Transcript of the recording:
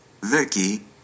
Vicky